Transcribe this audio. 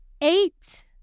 eight